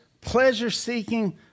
pleasure-seeking